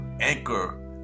Anchor